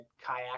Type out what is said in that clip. kayak